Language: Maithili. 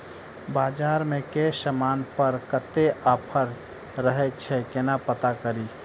बजार मे केँ समान पर कत्ते ऑफर रहय छै केना पत्ता कड़ी?